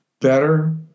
better